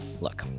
look